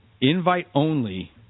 Invite-only